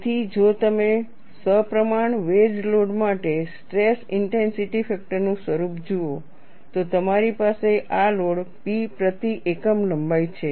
તેથી જો તમે સપ્રમાણ વેજ લોડ માટે સ્ટ્રેસ ઇન્ટેન્સિટી ફેક્ટરનું સ્વરૂપ જુઓ તો તમારી પાસે આ લોડ P પ્રતિ એકમ લંબાઈ છે